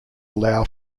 allow